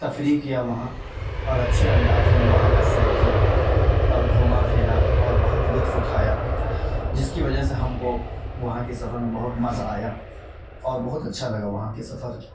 تفریح کیا وہاں اور اچھے انداز میں وہاں کا سیر کیا اور گھوما پھرا اور بہت لطف اٹھایا جس کی وجہ سے ہم کو وہاں کے سفر میں بہت مزہ آیا اور بہت اچھا لگا وہاں کے سفر